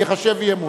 ייחשב אי-אמון.